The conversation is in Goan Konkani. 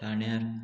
ठाण्यार